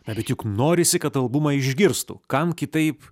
na bet juk norisi kad albumą išgirstų kam kitaip